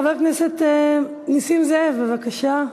חבר הכנסת נסים זאב, בבקשה,